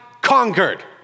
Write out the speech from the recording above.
conquered